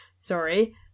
Sorry